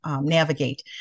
navigate